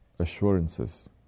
assurances